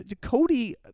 Cody